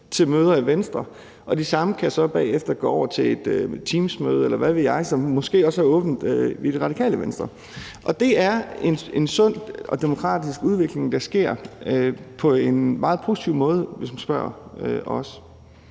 til møder i Venstre, og de samme kan så bagefter gå over til et Teamsmøde, eller hvad ved jeg, som måske også er åbent i Radikale Venstre. Det er en sund og demokratisk udvikling, der sker på en meget positiv måde, hvis man spørger os.